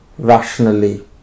rationally